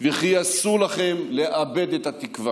וכי אסור לכם לאבד את התקווה.